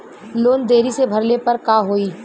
Loan देरी से भरले पर का होई?